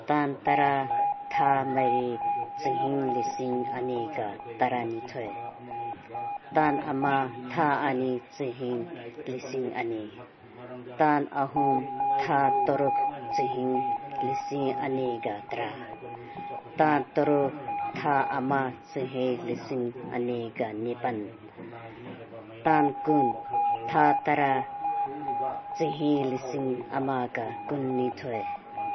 ꯇꯥꯡ ꯇꯔꯥ ꯊꯥ ꯃꯔꯤ ꯆꯍꯤ ꯂꯤꯁꯤꯡ ꯑꯅꯤꯒ ꯇꯔꯥꯅꯤꯊꯣꯏ ꯇꯥꯡ ꯑꯃ ꯊꯥ ꯑꯅꯤ ꯆꯍꯤ ꯂꯤꯁꯤꯡ ꯑꯅꯤ ꯇꯥꯡ ꯑꯍꯨꯝ ꯊꯥ ꯇꯔꯨꯛ ꯆꯍꯤ ꯂꯤꯁꯤꯡ ꯑꯅꯤꯒ ꯇꯔꯥ ꯇꯥꯡ ꯇꯔꯨꯛ ꯊꯥ ꯑꯃ ꯆꯍꯤ ꯂꯤꯁꯤꯡ ꯑꯅꯤꯒ ꯅꯤꯄꯥꯟ ꯇꯥꯡ ꯀꯨꯟ ꯊꯥ ꯇꯔꯥ ꯆꯍꯤ ꯂꯤꯁꯤꯡ ꯑꯃꯒ ꯀꯨꯟꯅꯤꯊꯣꯏ